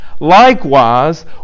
Likewise